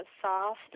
soft